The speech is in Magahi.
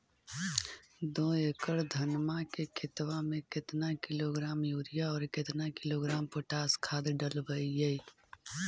दो एकड़ धनमा के खेतबा में केतना किलोग्राम युरिया और केतना किलोग्राम पोटास खाद डलबई?